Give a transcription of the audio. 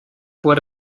pues